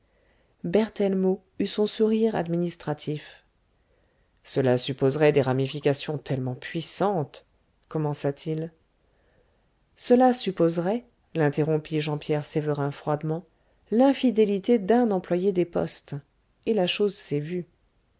eut son sourire administratif cela supposerait des ramifications tellement puissantes commença-t-il cela supposerait l'interrompit jean pierre sévérin froidement l'infidélité d'un employé des postes et la chose s'est vue